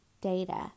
data